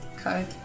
Okay